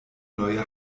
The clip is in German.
neue